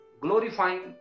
glorifying